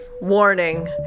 Warning